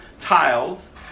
tiles